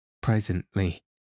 Presently